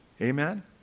amen